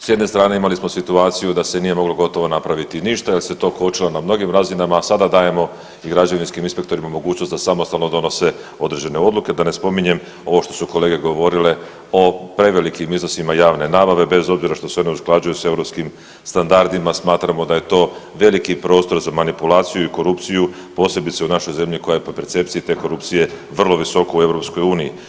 S jedne strane imali smo situaciju da se nije moglo gotovo napraviti ništa jel se to kočilo na mnogim razinama, a sada dajemo i građevinskim inspektorima mogućnost da samostalno donose određene odluke, da ne spominjem ovo što su kolege govorile o prevelikim iznosima javne nabave bez obzira što se one usklađuju s europskim standardima smatramo da je to veliki prostor za manipulaciju i korupciju, posebice u našoj zemlji koja je po percepciji te korupcije vrlo visoko u EU.